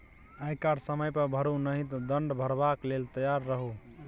आयकर समय पर भरू नहि तँ दण्ड भरबाक लेल तैयार रहु